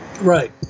Right